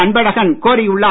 அன்பழகன் கோரியுள்ளார்